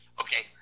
okay